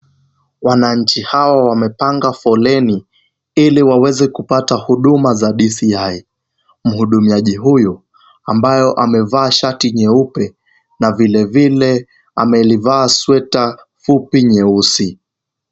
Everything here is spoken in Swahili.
Wananchi hawa wamepanga foleni ili waweze kupata huduma za DCI. Mhudumiaji huyu ambaye amevaa shati nyeupe na vilevile amelivaa sweta fupi nyeusi.